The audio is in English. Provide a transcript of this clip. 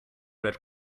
red